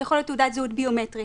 זו יכולה להיות תעודת זהות ביומטרית,